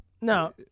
No